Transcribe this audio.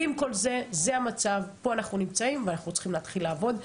אבל זה המצב שבו אנחנו נמצאים ואנחנו צריכים להתחיל לעבוד.